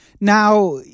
Now